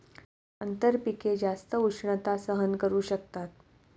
आंतरपिके जास्त उष्णता सहन करू शकतात